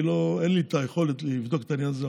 אין לי את היכולת לבדוק את העניין הזה,